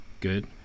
Good